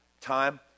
time